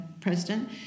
president